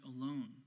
alone